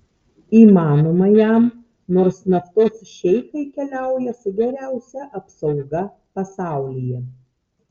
įmanoma jam nors naftos šeichai keliauja su geriausia apsauga pasaulyje